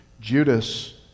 Judas